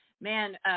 man